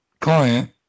client